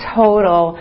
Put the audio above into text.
total